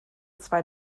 zwei